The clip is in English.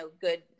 good